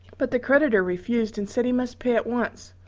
but the creditor refused and said he must pay at once.